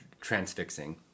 transfixing